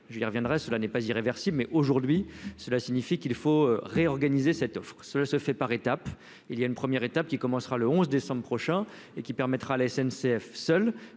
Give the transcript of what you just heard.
j'y reviendrai, cela n'est pas irréversible, mais aujourd'hui, cela signifie qu'il faut réorganiser cette offre se se fait par étapes, il y a une première étape qui commencera le 11 décembre prochain et qui permettra à la SNCF, seul